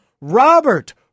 Robert